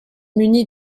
munie